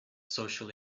social